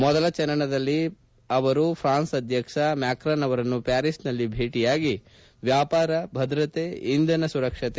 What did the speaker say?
ಮೊದಲ ಚರಣದಲ್ಲಿ ಅವರು ಪ್ರಾನ್ಸ್ ಅಧ್ಯಕ್ಷ ಎಮಾನ್ಕುಯಲ್ ಮ್ಯಾಕ್ರಾನ್ ಅವರನ್ನು ಪ್ವಾರಿಸ್ನಲ್ಲಿ ಭೇಟಿಯಾಗಿ ವ್ಯಾಪಾರ ಭದ್ರತೆ ಇಂಧನ ಸುರಕ್ಷಕೆ